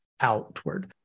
outward